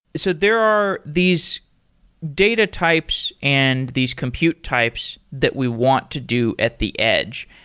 so there are these data types and these compute types that we want to do at the edge,